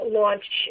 launch